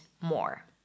more